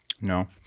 No